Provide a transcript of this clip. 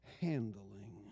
handling